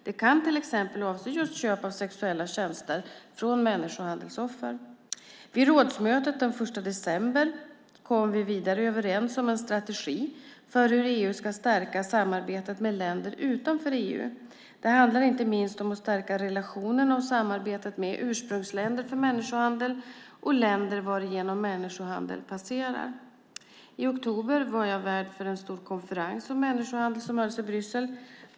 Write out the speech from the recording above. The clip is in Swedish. Det kan till exempel avse just köp av sexuella tjänster från människohandelsoffer. Vid rådsmötet den 1 december kom vi vidare överens om en strategi för hur EU ska stärka samarbetet med länder utanför EU. Det handlar inte minst om att stärka relationerna och samarbetet med ursprungsländer för människohandel och länder varigenom människohandeln passerar. I oktober var jag också värd för en stor konferens om människohandel som hölls i Bryssel.